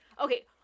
okay